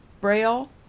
Braille